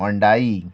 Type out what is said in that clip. Hyundai